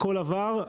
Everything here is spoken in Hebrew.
הכול עבר.